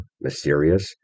Mysterious